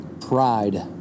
pride